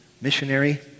missionary